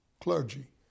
clergy